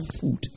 food